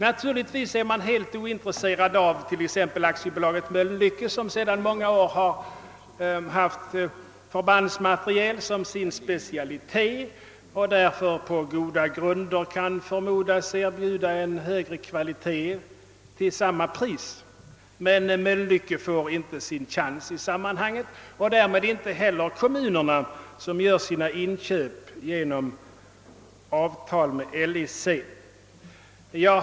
Naturligtvis är LIC helt ointresserat av t.ex. Mölnlycke AB, som sedan många år haft förbandsmateriel som sin specialitet och därför på goda grunder kan förmodas erbjuda en högre kvalitet till samma pris. Men Mölnlycke får inte sin chans i sammanhanget och därmed inte heller kommunerna, som gör sina inköp genom avtal med LIC. Herr talman!